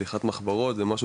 לפתיחת מחברות, זה משהו